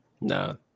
No